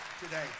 today